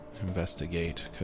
Investigate